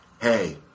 hey